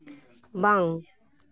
ᱵᱟᱝ